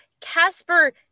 Casper